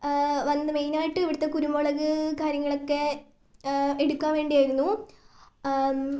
വന്നത് മെയിനായിട്ട് ഇവിടുത്തെ കുരുമുളക് കാര്യങ്ങളൊക്കെ എടുക്കാൻ വേണ്ടിയായിരുന്നു